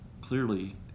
Clearly